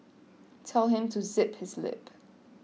tell him to zip his lip